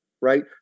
right